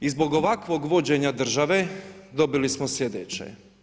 I zbog ovakvog vođenja države dobili smo sljedeće.